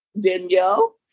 Danielle